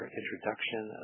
introduction